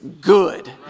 good